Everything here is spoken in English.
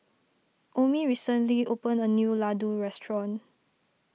Omie recently opened a new Ladoo restaurant